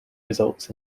results